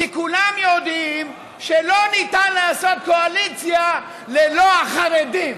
כי כולם יודעים שלא ניתן לעשות קואליציה ללא החרדים,